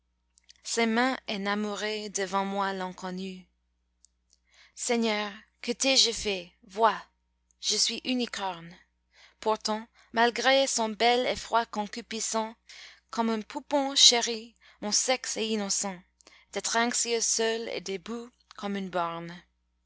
ses mains enamourées devant moi l'inconnue seigneur que t'ai-je fait vois je suis unicorne pourtant malgré son bel effroi concupiscent comme un poupon chéri mon sexe est innocent d'être anxieux seul et debout comme une borne